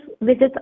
visit